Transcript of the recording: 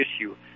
issue